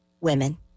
Women